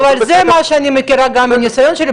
אבל זה מה שאני מכירה גם מהניסיון שלי,